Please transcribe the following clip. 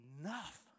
enough